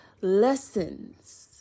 lessons